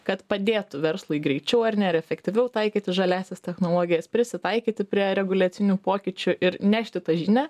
kad padėtų verslui greičiau ar ne ar efektyviau taikyti žaliąsias technologijas prisitaikyti prie reguliacinių pokyčių ir nešti tą žinią